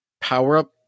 power-up